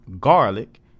garlic